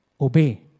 obey